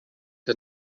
que